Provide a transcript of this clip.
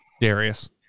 Darius